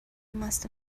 must